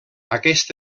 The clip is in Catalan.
aquest